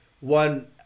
one